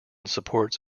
supports